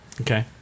Okay